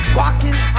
walking